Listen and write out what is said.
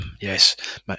Yes